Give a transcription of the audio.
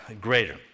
greater